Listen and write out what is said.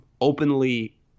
openly